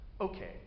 Okay